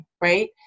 right